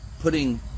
putting